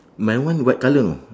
my one white colour know